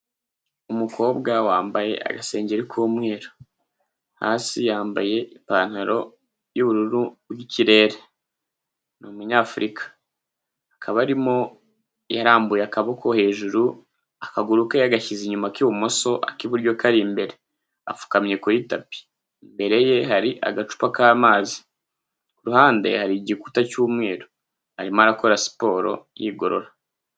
Umukobwa wambaye agasengeri k'umweru, hasi yambaye ipantaro y'ubururu bw'kirere, ni umunyafurika, akaba arimo yarambuye akaboko hejuru akaguru ke yagashyize inyuma k'ibumoso ak'iburyo kari imbere, apfukamye kuri tapi, imbere ye hari agacupa k'amazi, ku ruhande hari igikuta cy'umweru arimo arakora siporo yigorora.